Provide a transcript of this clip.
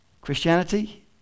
Christianity